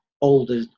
Older